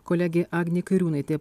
kolegė agnė kairiūnaitė